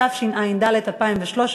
התשע"ד 2013,